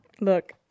Look